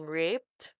raped